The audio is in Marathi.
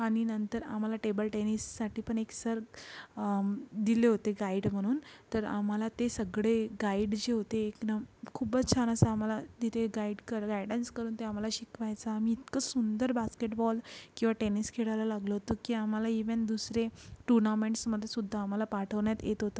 आणि नंतर आम्हाला टेबल टेनिससाठी पण एक सर दिले होते गाईड म्हणून तर आम्हाला ते सगळे गाईड जे होते एक ना खूपच छान असा आम्हाला तिथे गाईड करायला गायडन्स करून ते आम्हाला शिकवायचा आम्ही इतकं सुंदर बास्केटबॉल किंवा टेनिस खेळायला लागलो होतो की आम्हाला इवेन दुसरे टुर्नामेंट्समध्येसुद्धा आम्हाला पाठवण्यात येत होतं